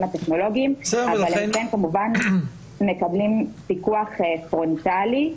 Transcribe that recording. הטכנולוגיים אבל הם כמובן מקבלים פיקוח פרונטלי.